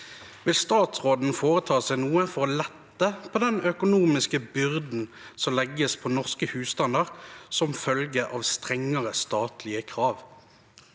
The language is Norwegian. Vil statsråden foreta seg noe for å lette den økonomiske byrden som legges på norske husstander som følge av strengere statlige krav?»